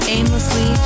Aimlessly